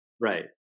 Right